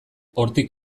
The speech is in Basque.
hortik